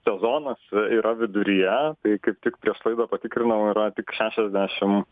sezonas yra viduryje tai kaip tik prieš laidą patikrinau yra tik šešiasdešim